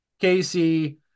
Casey